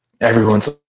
everyone's